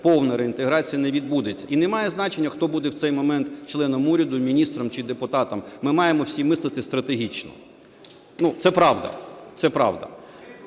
повна реінтеграція не відбудеться. І не має значення, хто буде в цей момент членом уряду, міністром чи депутатом. Ми маємо всі мислити стратегічно. Це правда.